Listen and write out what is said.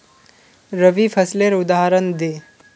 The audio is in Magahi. रवि फसलेर उदहारण दे?